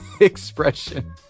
expression